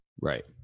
right